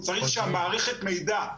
הוא צריך שהמערכת מידע,